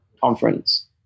conference